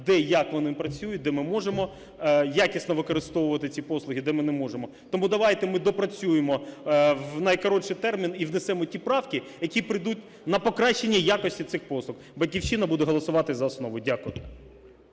де, як вони працюють, де ми можемо якісно використовувати ці послуги, де ми не можемо. Тому давайте ми допрацюємо в найкоротший термін і внесемо ті правки, які прийдуть на покращення якості цих послуг. "Батьківщина" буде голосувати за основу. Дякую.